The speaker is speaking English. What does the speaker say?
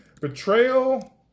Betrayal